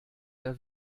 der